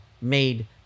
made